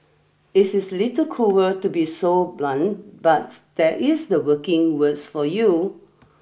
is is little cruel to be so blunt but that is the working worlds for you